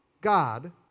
God